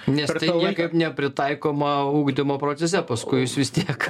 nes tai niekaip nepritaikoma ugdymo procese paskui jūs vis tiek